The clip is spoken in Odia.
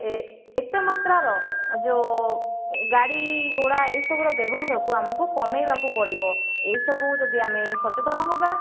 ଏ ଏତେ ମାତ୍ରାର ଯେଉଁ ଗାଡ଼ି ଘୋଡ଼ା ଏସବୁର ବ୍ୟବହାରକୁ ଆମକୁ କମାଇବାକୁ ପଡ଼ିବ ଏହିସବୁ ଯଦି ଆମେ ସଚେତନ ହେବା